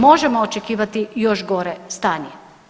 Možemo očekivati još gore stanje.